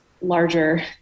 larger